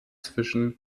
zwischen